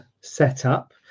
setup